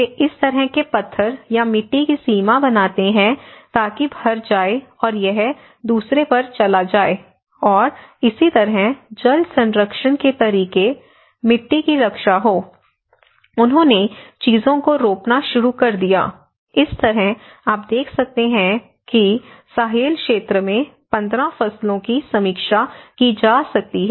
वे इस तरह के पत्थर या मिट्टी की सीमा बनाते हैं ताकि भर जाए और यह दूसरे पर चला जाए और इसी तरह जल संरक्षण के तरीके मिट्टी की रक्षा हो उन्होंने चीजों को रोपना शुरू कर दिया इस तरह आप देख सकते हैं कि साहेल क्षेत्र में 15 फसलों की समीक्षा की जा सकती है